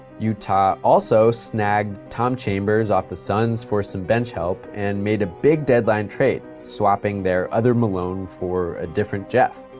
utah also snagged tom chambers off the suns for some bench help and made a big deadline trade, swapping their other malone for a different jeff.